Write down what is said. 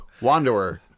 Wanderer